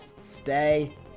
stay